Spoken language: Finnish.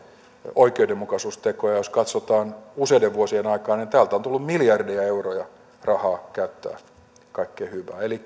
oikeudenmukaisuustekoja ja jos katsotaan usein vuosien aikaa niin täältä on tullut miljardeja euroja rahaa käyttää kaikkeen hyvään eli